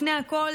לפני הכול,